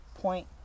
Point